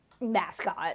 mascot